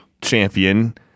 champion